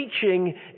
teaching